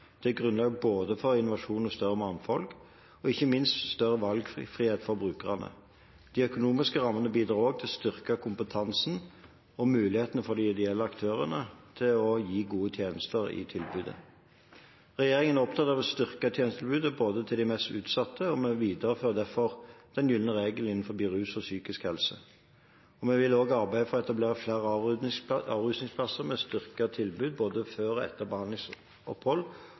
for både innovasjon og større mangfold, og ikke minst større valgfrihet for brukerne. De økonomiske rammene bidrar også til å styrke kompetansen og muligheten for de ideelle aktørene til å gi gode tjenester i tilbudet. Regjeringen er opptatt av å styrke tjenestetilbudet til de mest utsatte, og vi viderefører derfor den gylne regel innenfor rus og psykisk helse. Vi vil også arbeide for å etablere flere avrusningsplasser med styrket tilbud, både før og etter behandlingsopphold,